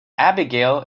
abigail